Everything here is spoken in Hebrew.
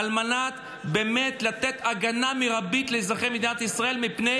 על מנת לתת הגנה מרבית לאזרחי מדינת ישראל מפני